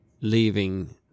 leaving